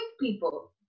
people